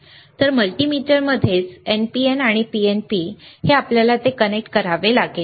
तर मल्टीमीटरमध्येच NPNPNP आहे आपल्याला ते कनेक्ट करावे लागेल